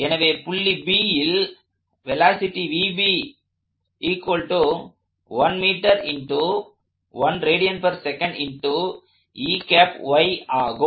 எனவே புள்ளி Bல் வெலாசிட்டி ஆகும்